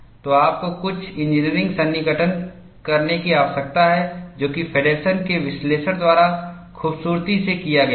तो आपको कुछ इंजीनियरिंग सन्निकटन करने की आवश्यकता है जो कि फेडरसनFeddersen's के विश्लेषण द्वारा खूबसूरती से किया गया है